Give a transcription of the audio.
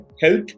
Health